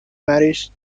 married